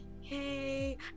hey